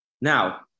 Now